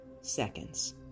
seconds